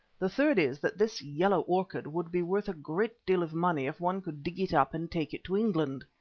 the third is that this yellow orchid would be worth a great deal of money if one could dig it up and take it to england.